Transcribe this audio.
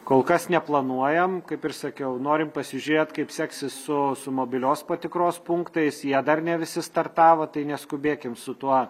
kol kas neplanuojam kaip ir sakiau norim pasižiūrėt kaip seksis su su mobilios patikros punktais jie dar ne visi startavo tai neskubėkim su tuo